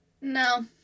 No